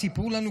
סיפרו לנו,